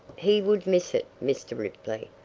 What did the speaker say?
he would miss it, mr. ripley.